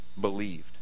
Believed